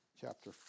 chapter